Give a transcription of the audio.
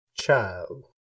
child